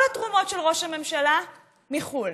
כל התרומות של ראש הממשלה הן מחו"ל.